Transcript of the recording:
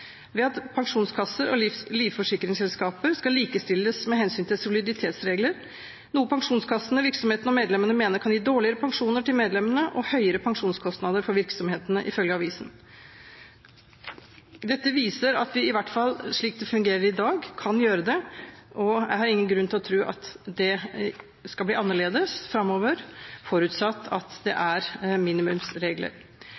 ved at pensjonskasser og livforsikringsselskaper skal likestilles med hensyn til soliditetsregler, noe pensjonskassene, virksomhetene og medlemmene mener kan gi dårligere pensjon til medlemmene og høyere pensjonskostnader for virksomhetene, ifølge avisen. Dette viser at det i hvert fall slik det fungerer i dag, kan gjøre det, og jeg har ingen grunn til å tro at det skal bli annerledes framover, forutsatt at det er